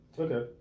Okay